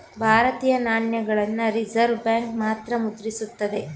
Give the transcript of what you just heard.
ಭಾರತೀಯ ನಾಣ್ಯಗಳನ್ನ reserve bank ಮಾತ್ರ ಮುದ್ರಿಸುತ್ತದೆ